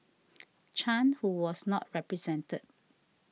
Chan who was not represented